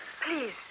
Please